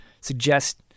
suggest